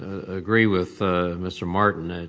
agree with mr. martin. ah